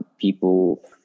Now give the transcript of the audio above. people